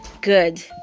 good